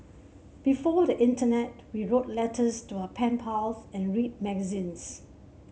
before the internet we wrote letters to our pen pals and read magazines